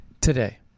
today